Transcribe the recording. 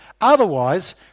Otherwise